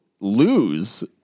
lose